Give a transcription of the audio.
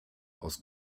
aus